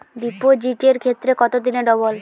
ডিপোজিটের ক্ষেত্রে কত দিনে ডবল?